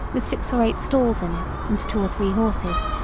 with six or eight stalls in it, and two or three horses.